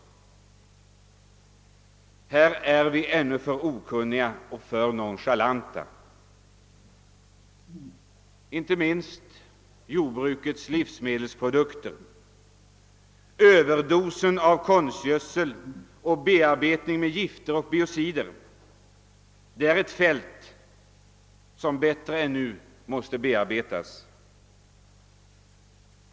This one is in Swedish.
Härvidlag är vi ännu alltför okunniga och alltför nonchalanta, men inte minst överdoseringen av konstgödsel och behandlingen med gifter och biocider i samband med jordbrukets produktion av livsmedel måste studeras noggrant.